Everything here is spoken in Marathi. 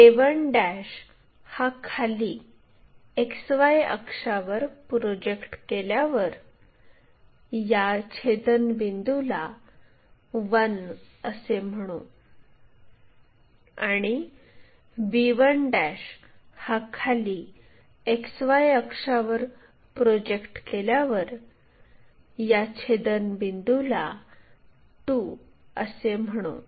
आणि a1 हा खाली XY अक्षावर प्रोजेक्ट केल्यावर या छेदनबिंदुला 1 असे म्हणू आणि b1 हा खाली XY अक्षावर प्रोजेक्ट केल्यावर या छेदनबिंदुला 2 असे म्हणू